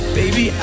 baby